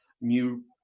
new